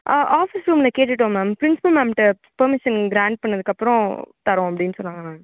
ஆ office ரூமில் கேட்டுவிட்டோம் ma'am principal மேம்கிட்டே பர்மிஷன் க்ராண்ட் பண்ணதுக்கப்புறம் தரோம் அப்படின் சொன்னாங்க மேம்